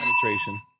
Penetration